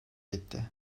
etti